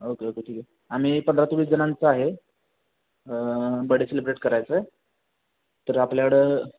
okay okay ठीक आहे आम्ही पंधरा ते वीस जणांचं आहे बर्डे सेलिब्रेट करायचं आहे तर आपल्याकडं